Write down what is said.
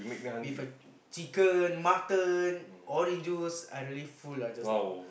with a chicken mutton orange juice I really full lah just now